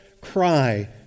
cry